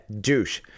douche